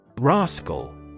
Rascal